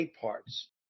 parts